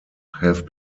have